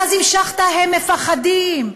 ואז המשכת: "הם מפחדים".